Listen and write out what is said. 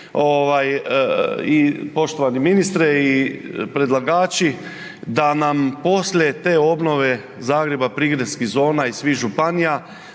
poštovani ministre i predlagači da nam poslije te obnove Zagreba, prigradskih zona i svih županija